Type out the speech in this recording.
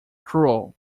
cruel